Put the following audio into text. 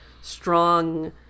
strong